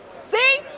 See